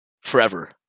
forever